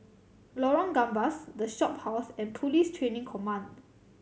Lorong Gambas The Shophouse and Police Training Command